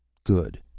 good.